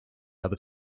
other